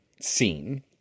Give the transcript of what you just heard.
scene